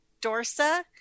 Dorsa